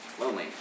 lonely